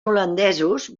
holandesos